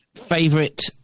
favorite